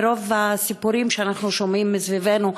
מרוב הסיפורים שאנחנו שומעים מסביבנו,